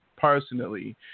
personally